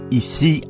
ici